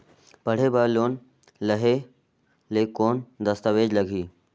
पढ़े बर लोन लहे ले कौन दस्तावेज लगही?